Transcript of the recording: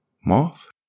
Moth